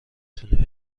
تونی